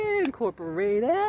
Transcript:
Incorporated